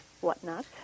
whatnot